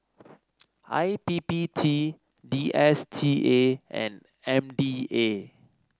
I P P T D S T A and M D A